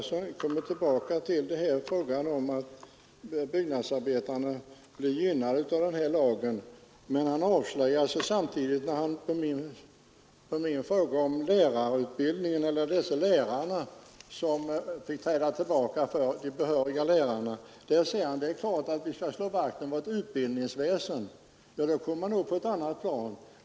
Herr talman! Herr Oskarson återkommer till detta att byggnadsarbetarna blir gynnade av den här lagen. Men han avslöjade sig samtidigt när han på min fråga om de icke behöriga lärarna, som fick träda tillbaka för de behöriga lärarna, svarar att det är klart att vi skall slå vakt om vårt utbildningsväsen. Ja, då kommer vi upp på ett annat plan.